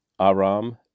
Aram